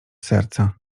serca